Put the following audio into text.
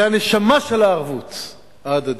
זה הנשמה של הערבות ההדדית.